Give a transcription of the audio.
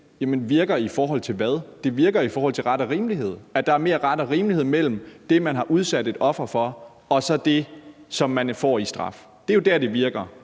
Virker i forhold til hvad? Det virker i forhold til ret og rimelighed, altså at der er mere ret og rimelighed mellem det, man har udsat et offer for, og så det, som man får i straf. Det er jo der, hvor det virker,